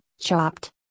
chopped